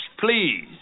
please